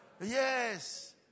Yes